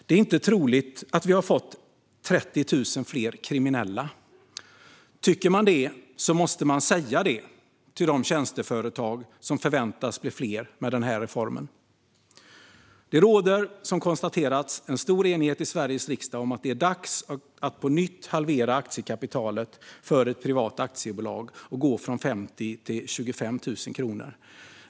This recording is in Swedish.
Det är inte troligt att vi har fått 30 000 fler kriminella. Om man tycker det måste man säga det till de tjänsteföretag som förväntas bli fler med den här reformen. Det råder, som har konstaterats, stor enighet i Sveriges riksdag om att det är dags att på nytt halvera aktiekapitalet för ett privat aktiebolag och gå från 50 000 till 25 000 kronor.